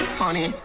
honey